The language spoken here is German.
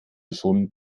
schon